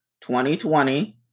2020